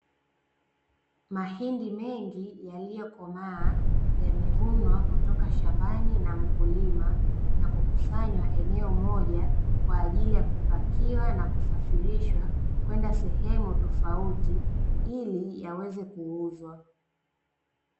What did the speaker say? Mahindi mengi yaliyokomaa yamevunwa kutoka shambani na mkulima, na kukusanywa eneo moja kwa ajili ya kupakiwa na kusafirishiwa kwenda sehemu tofauti, ili yaweze kuuzwa.